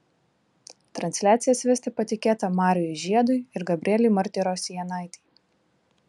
transliacijas vesti patikėta marijui žiedui ir gabrielei martirosianaitei